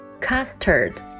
Custard